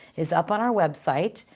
is up on our website.